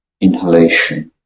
inhalation